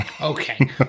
Okay